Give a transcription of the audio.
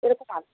এরকম আছে